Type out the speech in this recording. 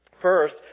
First